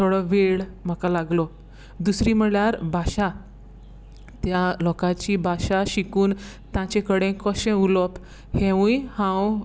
थोडो वेळ म्हाका लागलो दुसरी म्हणल्यार भाशा त्या लोकाची भाशा शिकून तांचे कडेन कशें उलोवप हेंवूय हांव